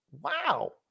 Wow